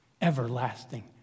everlasting